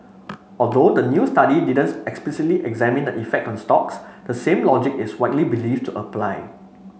although the new study didn't explicitly examine the effect on stocks the same logic is widely believed to apply